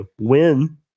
Win